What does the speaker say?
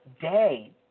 day